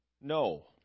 No